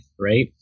right